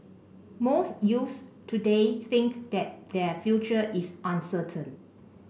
most youths today think that their future is uncertain